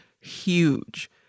huge